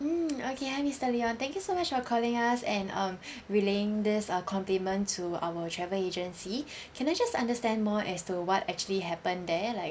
mm okay hi mister leon thank you so much for calling us and um relaying this uh compliment to our travel agency can I just understand more as to what actually happened there like